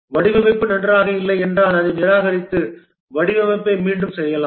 வடிவமைப்பு நன்றாக இல்லை என்றால் அதை நிராகரித்து வடிவமைப்பை மீண்டும் செய்யலாம்